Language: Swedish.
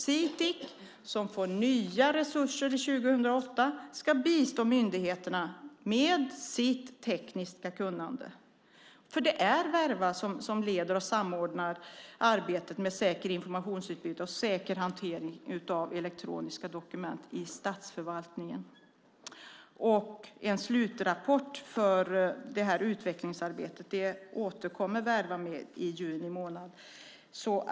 Sitic, som får nya resurser 2008, ska bistå myndigheterna med sitt tekniska kunnande. Det är Verva som leder och samordnar arbetet med säkert informationsutbyte och säker hantering av elektroniska dokument i statsförvaltningen. En slutrapport för utvecklingsarbetet återkommer Verva med i juni månad.